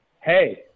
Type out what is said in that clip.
Hey